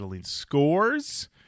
scores